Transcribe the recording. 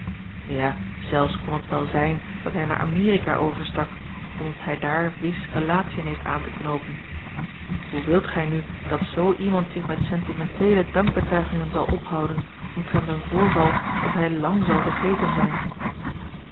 ja zelfs kon het wel zijn dat hij naar amerika overstak omdat hij daar wis relatiën heeft aan te knoopen hoe wilt gij nu dat zoo iemand zich met sentimenteele dankbetuigingen zal ophouden omtrent een voorval dat hij lang zal vergeten zijn